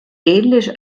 ähnlich